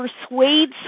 persuade